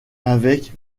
avec